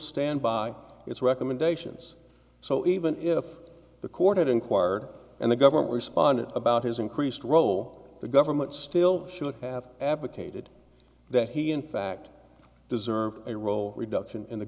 stand by its recommendations so even if the court had inquired and the government responded about his increased role the government still should have advocated that he in fact deserved a role reduction in the